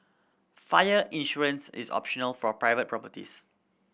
fire insurance is optional for private properties